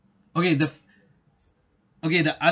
okay the okay the other